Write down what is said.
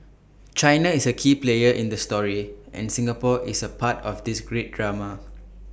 China is A key player in the story and Singapore is A part of this great drama